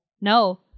No